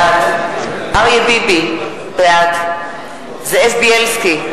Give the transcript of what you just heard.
בעד אריה ביבי, בעד זאב בילסקי,